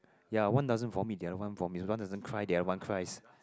ya one doesn't vomit the other one vomit one doesn't cry the other one cries